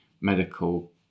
medical